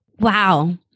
Wow